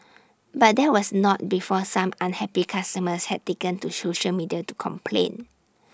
but that was not before some unhappy customers had taken to social media to complain